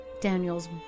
Daniel's